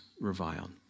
reviled